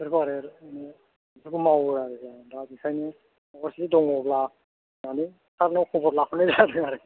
बेफोरखौ आरो माने बेफोरखौ मावो आरो जोङो दा बेखायनो दङब्ला मानि थाबनो खबर लाहरनाय जादों आरो